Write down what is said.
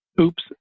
oops